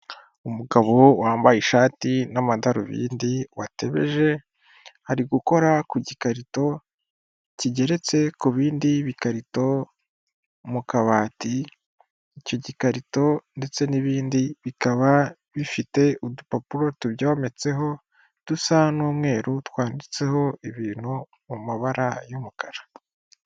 Umugabo wambaye ishati n'amadarubindi watebeje ari gukora ku gikarito kigeretse ku bindi bikarito mu kabati, icyo gikarito ndetse n'ibindi bikaba bifite udupapuro tubyometseho dusa n'umweru twanditseho ibintu mu mabara y'umukara.